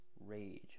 Rage